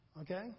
Okay